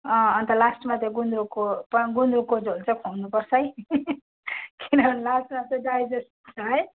अँ अन्त लास्टमा त्यो गुन्द्रुकको गुन्द्रुकको झोल चाहिँ खुवाउनु पर्छ है किनभने लास्टमा चाहिँ डाइजेस्ट है